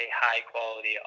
high-quality